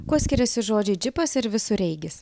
kuo skiriasi žodžiai džipas ir visureigis